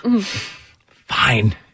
Fine